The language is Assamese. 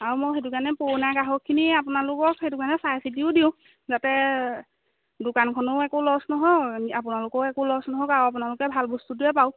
আৰু মই সেইটো কাৰণে পুৰণা গ্ৰাহকখিনি আপোনালোকক সেইটো কাৰণে চাই চিটিও দিওঁ যাতে দোকানখনৰো একো লছ নহওক আপোনালোকৰো একো লছ নহওক আৰু আপোনালোকে ভাল বস্তুটোৱে পাওক